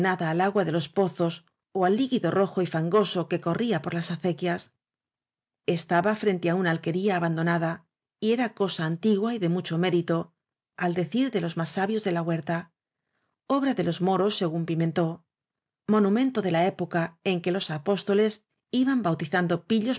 al agua de los pozos y al líquido rojo y fangoso que corría por las acequias estaba frente á una alquería abandonada y era cosa antigua y de mucho mérito al de cir de los más sabios de la huerta obra de los moros según pimentó monumento de la época en que los apóstoles iban bautizando pillos i